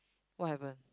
what happen